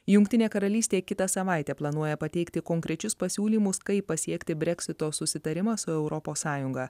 jungtinė karalystė kitą savaitę planuoja pateikti konkrečius pasiūlymus kaip pasiekti breksito susitarimą su europos sąjunga